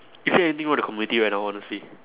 is there anything wrong with the community right now honestly